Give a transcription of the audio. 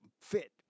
fit